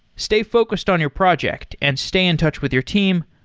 stay focused on your project and stay in touch with your team.